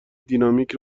دینامیک